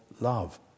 love